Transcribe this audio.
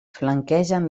flanquegen